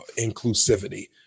inclusivity